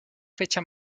fecha